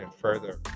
further